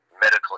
medical